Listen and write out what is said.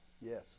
Yes